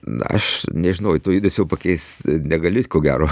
na aš nežinau to judesio pakeist negali ko gero